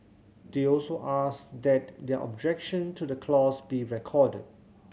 they also asked that their objection to the clause be recorded